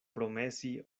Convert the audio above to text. promesi